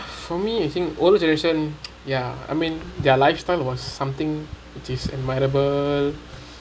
for me I think old generation ya I mean their lifestyle was something this admirable